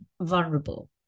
vulnerable